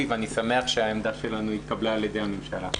ואני שמח שהעמדה שלנו התקבלה על ידי הממשלה.